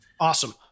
Awesome